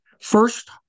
first